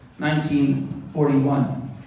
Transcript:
1941